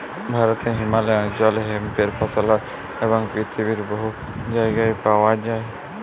ভারতে হিমালয় অল্চলে হেম্পের ফসল হ্যয় এবং পিথিবীর বহুত জায়গায় পাউয়া যায়